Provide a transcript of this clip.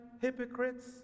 hypocrites